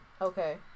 Okay